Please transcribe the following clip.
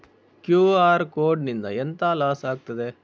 QR code ನಿಂದ ಎಂತ loss ಆಗ್ತದೆ?